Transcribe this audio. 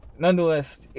Nonetheless